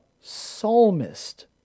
psalmist